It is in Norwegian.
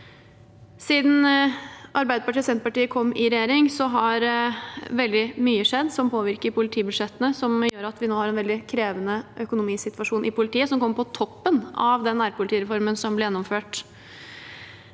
Siden Arbeiderpartiet og Senterpartiet kom i regjering, har veldig mye skjedd som påvirker politibudsjettene, noe som gjør at vi nå har en veldig krevende økonomisituasjon i politiet som kommer på toppen av den nærpolitireformen som ble gjennomført.